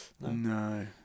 No